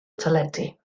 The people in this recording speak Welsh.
teledu